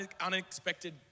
unexpected